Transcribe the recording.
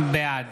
בעד